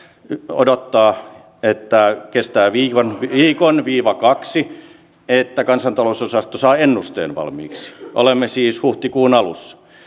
odottaa että kestää viikon viikon kaksi että kansantalousosasto saa ennusteen valmiiksi ollaan siis huhtikuun alussa